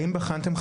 אני שמחה.